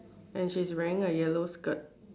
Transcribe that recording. and she's wearing a yellow skirt